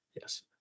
Yes